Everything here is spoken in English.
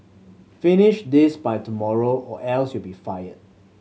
finish this by tomorrow or else you'll be fired